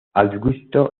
augusto